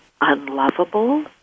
unlovable